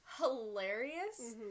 hilarious